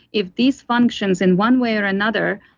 if these functions in one way or another,